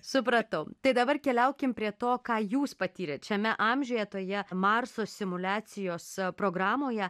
supratau tai dabar keliaukim prie to ką jūs patyrėt šiame amžiuje toje marso simuliacijos programoje